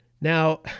Now